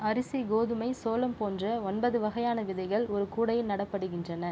அரிசி கோதுமை சோளம் போன்ற ஒன்பது வகையான விதைகள் ஒரு கூடையில் நடப்படுகின்றன